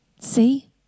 See